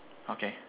okay